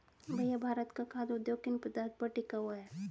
भैया भारत का खाघ उद्योग किन पदार्थ पर टिका हुआ है?